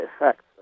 effects